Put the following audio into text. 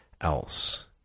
else